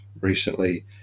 recently